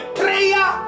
prayer